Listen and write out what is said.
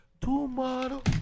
Tomorrow